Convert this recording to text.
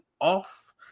off